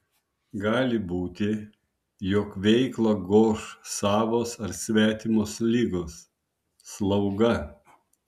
gali būti jog veiklą goš savos ar svetimos ligos slauga